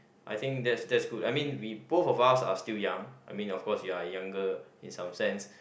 I think that's that's good I mean we both of us are still young I mean of course you're younger in some sense